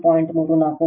34 j XC